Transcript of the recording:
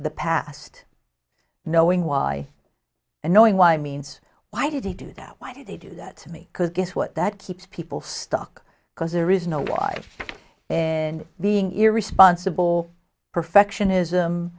the past knowing why and knowing why means why did he do that why did he do that to me because guess what that keeps people stuck because there is no wife in being irresponsible perfectionis